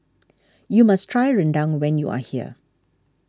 you must try Rendang when you are here